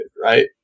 right